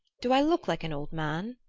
do i look like an old man?